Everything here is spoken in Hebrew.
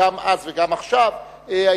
שהיתה גם אז וגם עכשיו ל-3%.